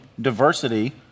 diversity